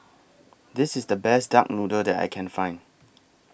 This IS The Best Duck Noodle that I Can Find